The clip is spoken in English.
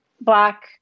Black